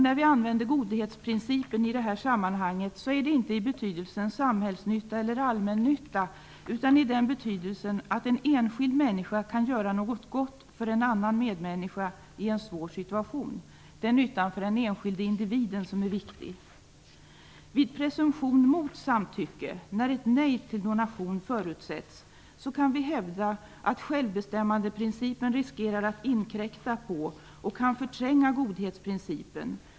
När vi använder godhetsprincipen i detta sammanhang är det inte i betydelsen samhällsnytta eller allmännytta, utan i betydelsen att en enskild människa kan göra något gott för en annan medmänniska i en svår situation. Det är nyttan för den enskilde individen som är viktig. Vid presumtion mot samtycke, när ett nej till donation förutsätts, kan vi hävda att självbestämmandeprincipen riskerar att inkräkta på och förtränga godhetsprincipen.